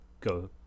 go